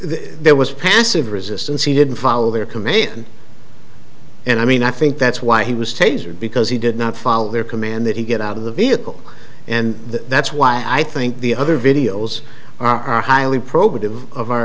there was passive resistance he didn't follow their command and i mean i think that's why he was tasered because he did not follow their command that he get out of the vehicle and that's why i think the other videos are highly probative of our